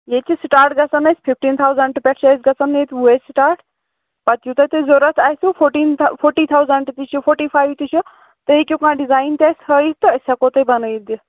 لیکِن سِٹاٹٕے گژھان اَسہِ فِفٹیٖن تھاوزنٹہٕ پیٚٹھٕ چھِ اَسہِ گژھان اَسہِ سِٹاٹ پَتہٕ یوٗتاہ تۅہہِ ضروٗرت آسوٕ فوٗٹیٖن فوٹی تھاوزَنٹہٕ تہِ چھُ فوٗٹی فایو تہِ چھُ تُہۍ ہیٚکِو کانٛہہ ڈِزایِن تہِ اَسہِ ہٲوِتھ تہٕ أسۍ ہیٚکو تۅہہِ بَنٲوِتھ دِتھ